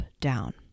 down